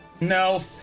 No